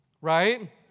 right